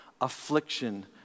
affliction